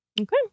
Okay